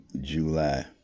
July